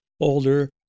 older